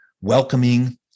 welcoming